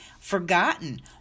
forgotten